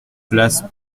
place